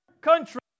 country